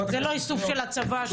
זה לא איסוף של הצבא.